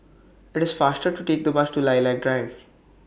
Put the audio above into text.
IT IS faster to Take The Bus to Lilac Drive